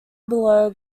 below